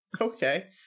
Okay